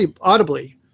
audibly